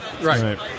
Right